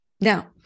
Now